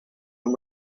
and